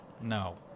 No